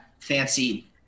fancy